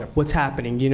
what's happening? you know